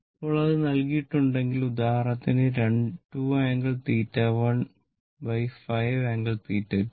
ഇപ്പോൾ അത് നൽകിയിട്ടുണ്ടെങ്കിൽ ഉദാഹരണത്തിന് 2 ആംഗിൾ 15 ആംഗിൾ 2